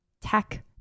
tech